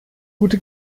gute